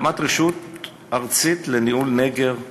הקמת רשות ארצית לניהול נגר ומועצה,